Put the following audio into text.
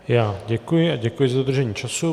Já děkuji a děkuji za dodržení času.